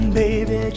baby